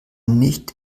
nicht